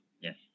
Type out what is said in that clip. Yes